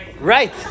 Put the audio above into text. Right